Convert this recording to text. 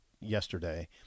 yesterday